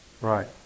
Right